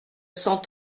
cent